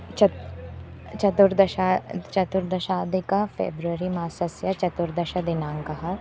चत् चतुर्दश चतुर्दशाधिकः फ़ेब्रवरि मासस्य चतुर्दशदिनाङ्कः